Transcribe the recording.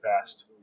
fast